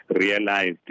realized